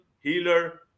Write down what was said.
healer